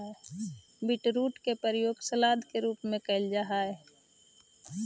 beetroot के प्रयोग salad के रूप में कैल जा हइ